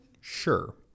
sure